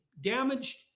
damaged